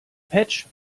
patch